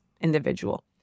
individual